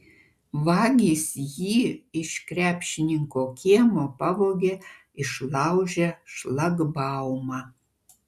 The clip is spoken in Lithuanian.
vagys jį iš krepšininko kiemo pavogė išlaužę šlagbaumą